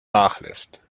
nachlässt